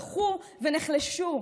הלכו ונחלשו,